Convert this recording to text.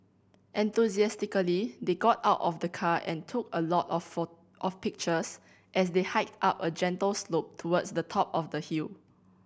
enthusiastically they got out of the car and took a lot of for of pictures as they hiked up a gentle slope towards the top of the hill